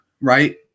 right